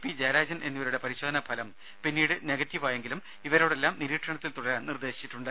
P Jayarajan എന്നിവരുടെ പരിശോധനാ ഫലം പിന്നീട് നെഗറ്റീവായെങ്കിലും ഇവരോടെല്ലാം നിരീക്ഷണത്തിൽ തുടരാൻ നിർദേശിച്ചിട്ടുണ്ട്